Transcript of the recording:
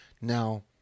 Now